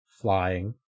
flying